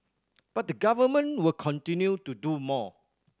but the Government will continue to do more